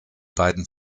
beiden